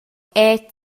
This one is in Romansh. era